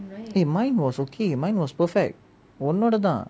eh mine was okay mine was perfect உன்னோடது தான்:unnodathu dhan